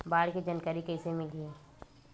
बाढ़ के जानकारी कइसे मिलही?